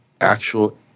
actual